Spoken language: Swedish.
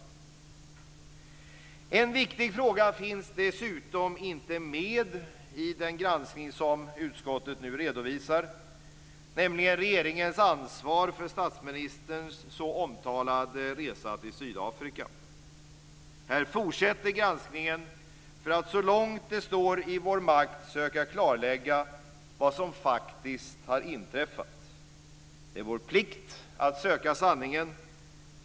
En viktig fråga finns dessutom inte med i den granskning som utskottet nu redovisar, nämligen regeringens ansvar för statsministerns så omtalade resa till Sydafrika. Här fortsätter granskningen för att vi så långt det står i vår makt ska försöka klarlägga vad som faktiskt har inträffat. Det är vår plikt att söka sanningen.